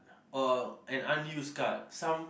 or an unused card some